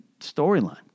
storyline